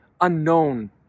unknown